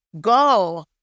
Go